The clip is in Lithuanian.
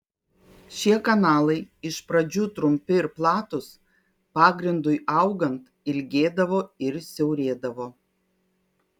šie kanalai iš pradžių trumpi ir platūs pagrindui augant ilgėdavo ir siaurėdavo